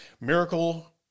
miracle